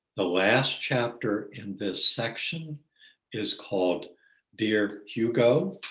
the last chapter in this section is called dear hugo,